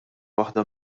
waħda